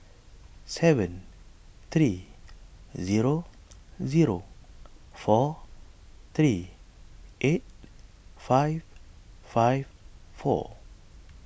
seven three zero zero four three eight five five four